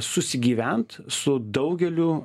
susigyvent su daugeliu